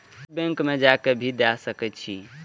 और बैंक में जा के भी दे सके छी?